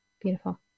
Beautiful